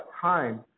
time